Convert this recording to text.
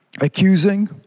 accusing